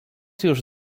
już